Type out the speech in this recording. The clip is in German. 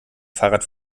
fahrrad